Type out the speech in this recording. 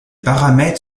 paramètres